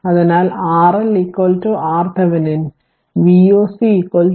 അതിനാൽ RL RThevenin അതിനാൽ Voc VThevenin